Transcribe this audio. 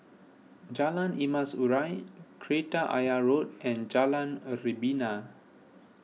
Jalan Emas Urai Kreta Ayer Road and Jalan a Rebana